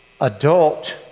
adult